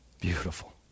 Beautiful